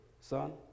son